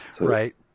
Right